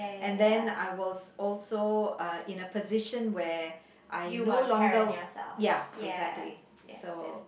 and then I was also uh in a position where I no longer ya exactly so